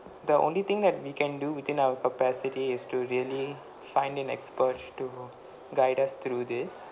the only thing that we can do within our capacity is to really find an expert to guide us through this